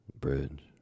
Bridge